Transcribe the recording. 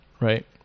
right